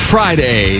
Friday